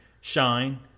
shine